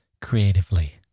creatively